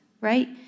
right